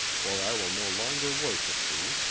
or i will no longer worship thee.